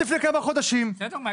בסדר.